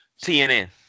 TNN